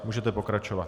Můžete pokračovat.